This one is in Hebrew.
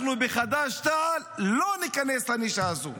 אנחנו בחד"ש-תע"ל לא נכנס לנישה הזו,